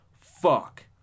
Fuck